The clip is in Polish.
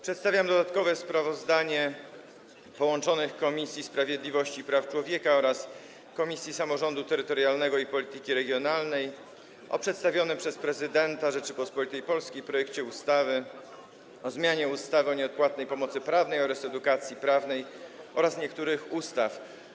Przedstawiam dodatkowe sprawozdanie połączonych Komisji: Sprawiedliwości i Praw Człowieka oraz Samorządu Terytorialnego i Polityki Regionalnej o przedstawionym przez Prezydenta Rzeczypospolitej Polskiej projekcie ustawy o zmianie ustawy o nieodpłatnej pomocy prawnej oraz edukacji prawnej oraz niektórych innych ustaw.